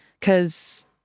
Cause